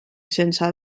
sense